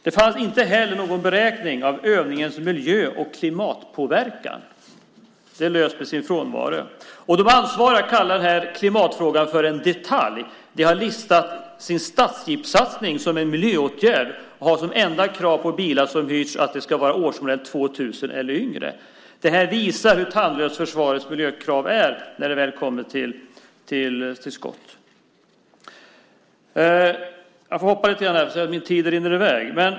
Inte heller fanns det någon beräkning av övningens miljö och klimatpåverkan. En sådan lyste med sin frånvaro. De ansvariga kallar här klimatfrågan för en detalj. De har listat sin stadsjeepssatsning som en miljöåtgärd och har som enda krav på bilar som hyrts att det ska vara bilar av årsmodell 2000 eller yngre. Det här visar hur tandlöst försvarets miljökrav är när man väl kommer till skott. Jag får hoppa lite grann i texten eftersom talartiden rinner i väg.